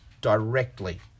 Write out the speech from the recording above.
directly